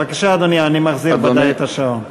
בבקשה, אדוני, אני מחזיר לך את השעון.